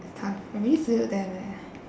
it's tough I really salute them eh